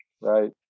Right